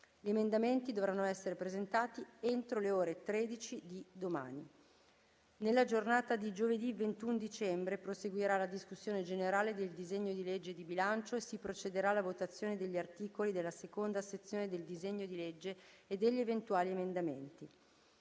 Gli emendamenti dovranno essere presentati entro le ore 13 di domani. Nella giornata di giovedì 21 dicembre proseguirà la discussione generale del disegno di legge di bilancio e si procederà alla votazione degli articoli della seconda sezione del disegno di legge e degli eventuali emendamenti.